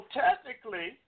technically